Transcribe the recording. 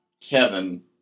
Kevin